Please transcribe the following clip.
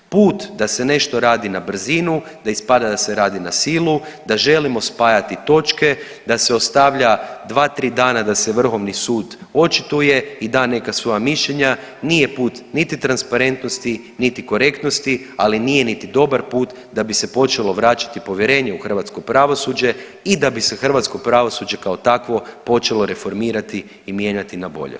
Put da se nešto radi na brzinu, da ispada da se radi na silu, da želimo spajati točke, da se ostavlja 2, 3 dana da se Vrhovni sud očituje i da neka svoja mišljenja, nije put niti transparentnosti niti korektnosti, ali nije niti dobar put da bi se počelo vraćati povjerenje u hrvatsko pravosuđe i da bi se hrvatsko pravosuđe kao takvo počelo reformirati i mijenjati na bolje.